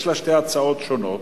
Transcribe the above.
יש לה שתי הצעות שונות,